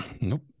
nope